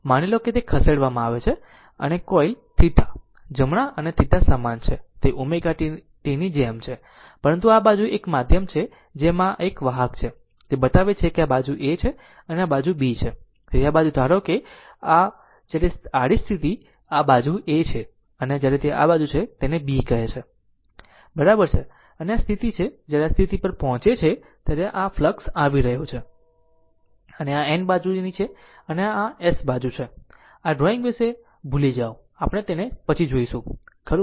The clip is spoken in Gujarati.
માની લો તે ખસેડવામાં આવે છે જેનો કોલ θ જમણા અને θ સમાન છે તે ω t ની જેમ છે પરંતુ જ્યારે આ બાજુ આ એક માધ્યમ છે જેમ આ એક વાહક છે તે બતાવે છે કે આ બાજુ એ છે અને આ બાજુ B છે તેથી આ બાજુ ધારો કે જ્યારે આડી સ્થિતિ આ બાજુ એ છે અને જ્યારે તે આ બાજુ છે ત્યારે તે B કહે છે બરાબર છે અને આ સ્થિતિ છે જ્યારે તે આ સ્થિતિ પર છે આ ફ્લક્ષ આવી રહ્યો છે આ N બાજુની છે અને આ છે S બાજુ આ ડ્રોઇંગ વિશે ભૂલી જાઓ આપણે તેને છોડીશું ખરું